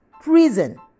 prison